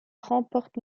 remporte